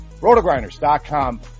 Rotogrinders.com